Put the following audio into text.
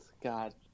God